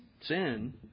sin